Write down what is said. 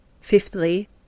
Fifthly